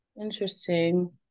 Interesting